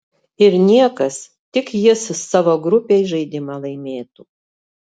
ir niekas tik jis savo grupėj žaidimą laimėtų